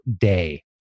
day